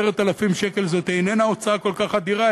10,000 שקל זו איננה הוצאה כל כך אדירה,